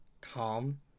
calm